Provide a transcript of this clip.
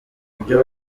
ibyo